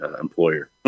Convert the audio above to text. employer